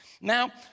Now